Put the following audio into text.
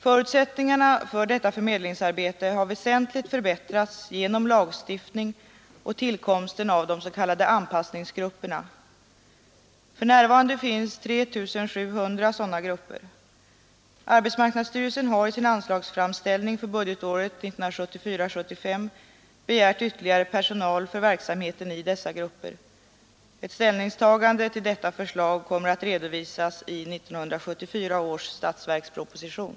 Förutsättningarna för detta förmedlingsarbete har väsentligt förbättrats genom lagstiftning och tillkomsten av de s.k. anpassningsgrupperna. För närvarande finns ca 3 700 sådana grupper. Arbetsmarknadsstyrelsen har i sin anslagsframställning för budgetåret 1974/75 begärt ytterligare personal för verksamheten i dessa grupper. Ett ställningstagande till detta förslag kommer att redovisas i 1974 års statsverksproposition.